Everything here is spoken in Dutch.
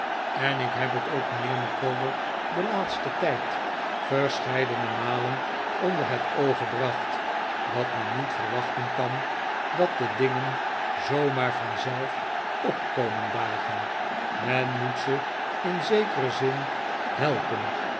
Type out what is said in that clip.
en ik heb het ook mijnheer micawber den laatsten tijd verscheidene malen onder het oog gebracht dat men niet verwachten kan dat de dingen zoo maar vanzelf op komen dagen men moet ze in zekeren zin helpen